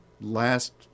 last